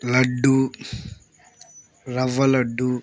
లడ్డు రవ్వ లడ్డు